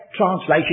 translation